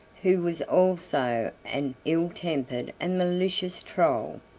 who was also an ill-tempered and malicious troll.